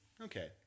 Okay